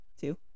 Two